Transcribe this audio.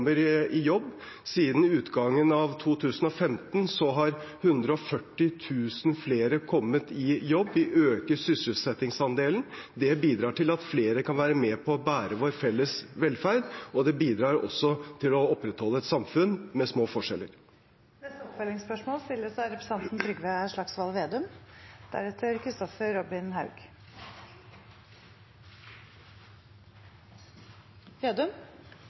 i jobb. Siden utgangen av 2015 har 140 000 flere kommet i jobb. Vi øker sysselsettingsandelen. Det bidrar til at flere kan være med på å bære vår felles velferd, og det bidrar også til å opprettholde et samfunn med små forskjeller. Trygve Slagsvold Vedum – til oppfølgingsspørsmål.